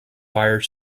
fire